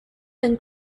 been